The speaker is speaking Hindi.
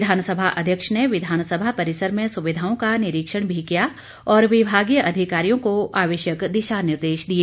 विधानसभा अध्यक्ष ने विधानसभा परिसर में सुविधाओं का निरीक्षण भी किया और विभागीय अधिकारियों को आवश्यक दिशा निर्देश दिए